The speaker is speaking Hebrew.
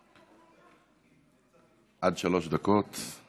עד שלוש דקות.